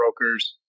brokers